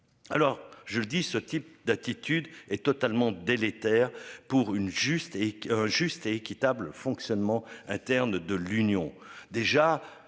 Alors je le dis ce type d'attitude est totalement délétère pour une juste et un juste et équitable fonctionnement interne de l'Union